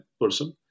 person